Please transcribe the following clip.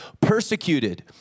persecuted